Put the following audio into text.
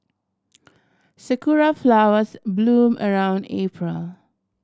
sakura flowers bloom around April